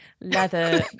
leather